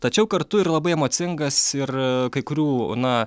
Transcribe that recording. tačiau kartu ir labai emocingas ir kai kurių na